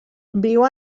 viu